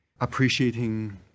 appreciating